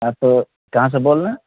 ہاں تو کہاں سے بول رہے ہیں